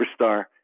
Superstar